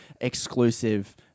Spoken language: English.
exclusive